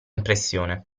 impressione